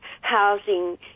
housing